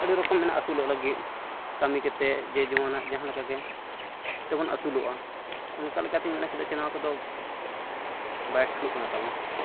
ᱟᱹᱰᱤ ᱨᱚᱠᱚᱢ ᱢᱮᱱᱟᱜᱼᱟ ᱟᱹᱥᱩᱞᱚᱜ ᱞᱟᱹᱜᱤᱫ ᱠᱟᱹᱢᱤ ᱠᱟᱛᱮᱫ ᱡᱮ ᱡᱮᱢᱚᱱᱟᱜ ᱡᱟᱦᱟᱸ ᱞᱮᱠᱟᱜᱮ ᱛᱮᱵᱚᱱ ᱟᱹᱥᱩᱞᱚᱜᱼᱟ ᱚᱱᱠᱟ ᱞᱮᱠᱟᱛᱮᱧ ᱢᱮᱱᱟ ᱪᱮᱫᱟᱜ ᱪᱮ ᱱᱚᱣᱟ ᱠᱚᱫᱚ ᱵᱟᱭ ᱴᱷᱤᱠᱚᱜ ᱠᱟᱱᱟ ᱛᱟᱵᱚᱱ